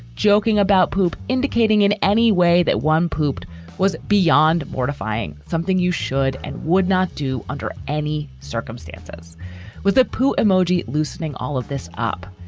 joking about poop, indicating in any way that one pooped was beyond mortifying. something you should and would not do under any circumstances with a poo emoji loosening all of this up.